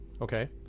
Okay